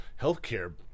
healthcare